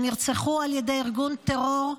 שנרצחו בשבי על ידי ארגון טרור,